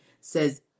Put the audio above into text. says